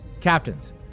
Captains